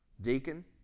deacon